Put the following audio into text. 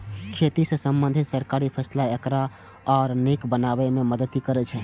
खेती सं संबंधित सरकारी फैसला एकरा आर नीक बनाबै मे मदति करै छै